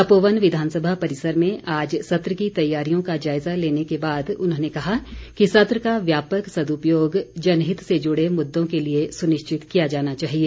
तपोवन विधानसभा परिसर में आज सत्र की तैयारियों का जायजा लेने के बाद उन्होंने कहा कि सत्र का व्यापक सदुपयोग जनहित से जुड़े मुद्दों के लिए सुनिश्चित किया जाना चाहिए